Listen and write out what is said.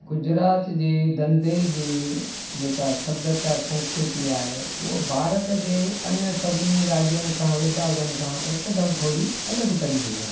गुजरात जे धंधे जी जेका सभ्यता संस्कृति आहे उहा भारत जे अन्य सभिनी राज्यनि खां विभाॻनि खां हिकदमि थोरी अलॻि तरीक़े सां आहे